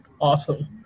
Awesome